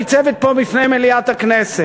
זו השאלה שניצבת פה בפני מליאת הכנסת.